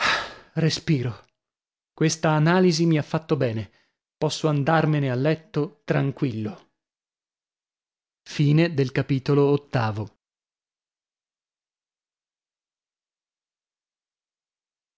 respiro questa analisi mi ha fatto bene posso andarmene a letto tranquillo e